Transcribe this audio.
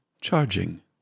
Charging